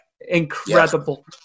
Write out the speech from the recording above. Incredible